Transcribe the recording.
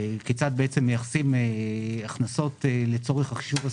כיצד מייחסים הכנסות לצורך החישוב הסופי.